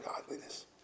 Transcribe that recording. godliness